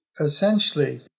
essentially